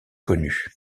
connues